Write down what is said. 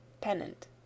PENNANT